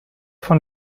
von